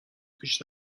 پیش